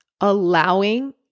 allowing